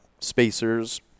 spacers